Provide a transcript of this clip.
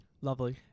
Lovely